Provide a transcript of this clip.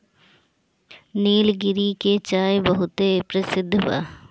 निलगिरी के चाय बहुते परसिद्ध बा